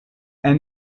and